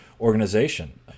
organization